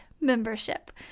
Membership